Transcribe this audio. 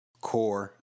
core